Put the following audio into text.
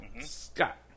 Scott